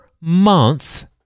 month